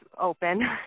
open